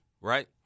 right